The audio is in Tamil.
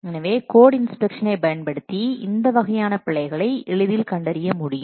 எனவே கோட் இன்ஸ்பெக்ஷனை பயன்படுத்தி இந்த வகையான பிழைகளை எளிதில் கண்டறிய முடியும்